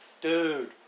Dude